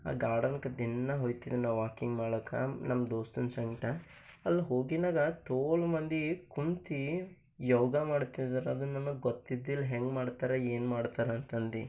ಆ ಗಾರ್ಡನ್ಕ ದಿನ ಹೋಯ್ತಿದ್ದೆ ನಾ ವಾಕಿಂಗ್ ಮಾಡಕ್ಕೆ ನಮ್ಮ ದೋಸ್ತನ ಸಂಗಟ ಅಲ್ಲಿ ಹೋಗಿನಾಗ ತೋಲ ಮಂದಿ ಕುಂತು ಯೋಗ ಮಾಡ್ತಿದ್ದರು ಅದು ನಮಗ ಗೊತ್ತಿದ್ದಿಲ್ಲ ಹೆಂಗೆ ಮಾಡ್ತಾರೆ ಏನು ಮಾಡ್ತಾರೆ ಅಂತಂದು